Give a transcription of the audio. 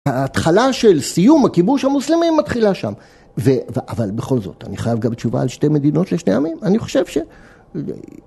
התחלה של סיום הכיבוש המוסלמי מתחילה שם, אבל בכל זאת אני חייב גם תשובה על שתי מדינות לשני עמים, אני חושב ש...